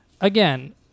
again